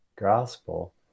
gospel